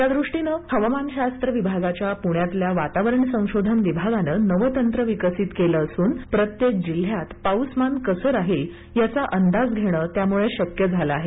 त्यादृष्टीनं हवामान शास्त्र विभागाच्या पुण्यातल्या वातावरण संशोधन विभागानं नवं तंत्र विकसित केलं असून प्रत्येक जिल्ह्यात पाऊसमान कसं राहील याचा अंदाज घेणं त्यामुळे शक्य झालं आहे